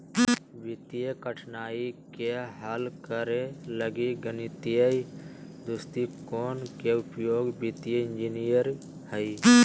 वित्तीय कठिनाइ के हल करे लगी गणितीय दृष्टिकोण के उपयोग वित्तीय इंजीनियरिंग हइ